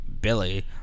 Billy